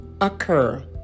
occur